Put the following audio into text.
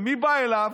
ומי בא אליו?